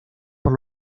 por